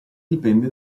dipende